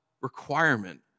requirement